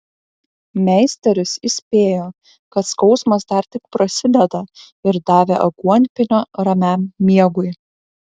meisteris įspėjo kad skausmas dar tik prasideda ir davė aguonpienio ramiam miegui